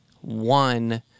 one